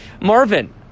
marvin